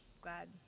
glad